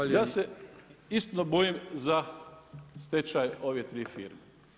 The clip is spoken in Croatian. Ja se iskreno bojim za stečaj ove tri firme.